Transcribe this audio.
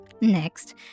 Next